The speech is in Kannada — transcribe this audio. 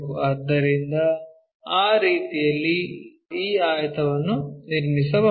ಆದ್ದರಿಂದ ಆ ರೀತಿಯಲ್ಲಿ ಈ ಆಯತವನ್ನು ನಿರ್ಮಿಸಬಹುದು